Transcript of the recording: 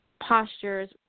postures